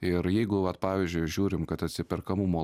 ir jeigu va pavyzdžiui žiūrim kad atsiperkamumo